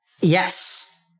Yes